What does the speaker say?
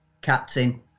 captain